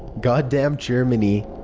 god damned germany!